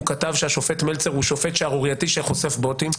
הוא כתב שהשופט מלצר הוא שופט שערורייתי שחושף בוטים?